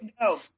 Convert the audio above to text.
No